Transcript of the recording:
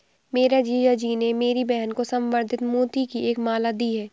मेरे जीजा जी ने मेरी बहन को संवर्धित मोती की एक माला दी है